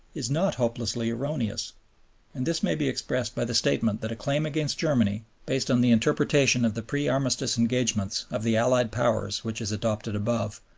is not hopelessly erroneous and this may be expressed by the statement that a claim against germany, based on the interpretation of the pre-armistice engagements of the allied powers which is adopted above,